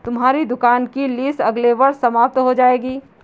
हमारी दुकान की लीस अगले वर्ष समाप्त हो जाएगी